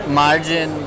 margin